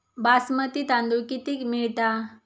बासमती तांदूळ कितीक मिळता?